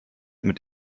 mit